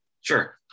sure